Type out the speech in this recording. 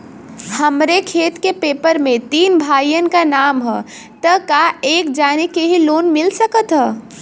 हमरे खेत के पेपर मे तीन भाइयन क नाम ह त का एक जानी के ही लोन मिल सकत ह?